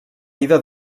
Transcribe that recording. vida